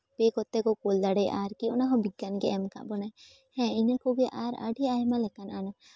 ᱯᱮ ᱠᱚᱛᱮ ᱠᱚ ᱠᱩᱞ ᱫᱟᱲᱮᱭᱟᱜᱼᱟ ᱚᱱᱟᱦᱚᱸ ᱵᱤᱜᱽᱜᱟᱱ ᱜᱮ ᱮᱢ ᱠᱟᱜ ᱵᱚᱱᱟᱭ ᱦᱮᱸ ᱤᱱᱟᱹ ᱠᱚᱜᱮ ᱟᱨ ᱟᱹᱰᱤ ᱟᱭᱢᱟ ᱞᱮᱠᱟᱱ ᱟᱱᱟᱴ